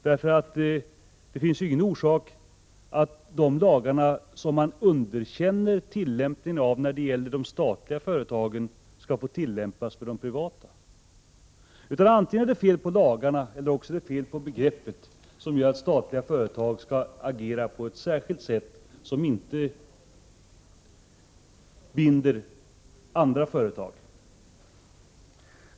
Det finns ingen anledning att de lagar som man underkänner tillämpningen av när det gäller de statliga företagen skall få tillämpas för de privata företagen. Antingen är det fel på lagarna, eller också är det fel på begreppet som gör att statliga företag skall agera på ett särskilt sätt men som inte binder andra företag.